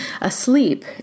asleep